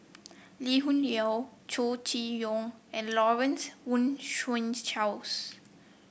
Lee Hoon Leong Chow Chee Yong and Lawrence Wong Shyun Tsai